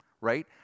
right